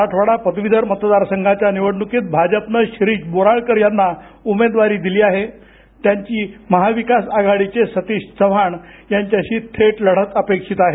मराठवाडा पदवीधर मतदार संघाच्या निवडणुकीत भाजपनं शिरीष बोराळकर यांना दिली आहे त्यांची महाविकास आघाडीचे सतीश चव्हाण यांच्याशी थेट लढत अपेक्षित आहे